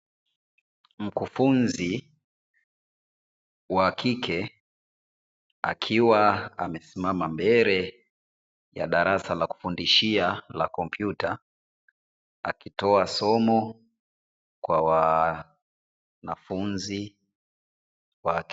Mkufunzi wa kike akiwa amesimama mbele ya darasa la kufundishia la kompyuta, akitoa somo kwa wanafunzi wake.